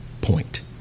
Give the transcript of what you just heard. point